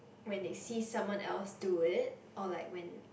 when they see someone else do it or like when